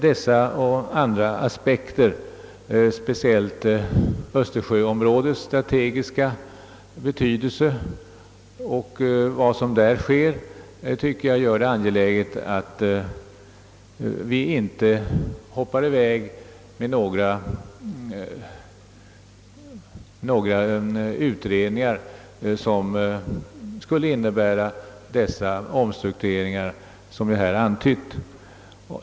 Dessa och andra aspekter — speciellt östersjöområdets strategiska betydelse och vad som där sker — synes mig göra det angeläget att vi inte hastigt drar igång några utredningar som skulle innebära omstrukturering av den radikala art jag här antytt.